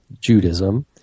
Judaism